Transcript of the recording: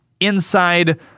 inside